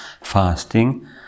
fasting